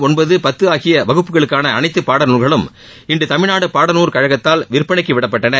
ஒன்பது பத்து ஆகிய வகுப்புகளுக்கான அனைத்து பாடநூல்களும் இன்று தமிழ்நாடு பாடநூல் கழகத்தால் விற்பனைக்கு விடப்பட்டன